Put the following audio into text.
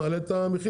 הוא מעלה את המחיר,